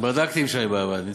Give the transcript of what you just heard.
בדקתי עם שי באב"ד.